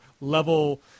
level